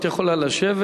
את יכולה לשבת.